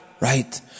right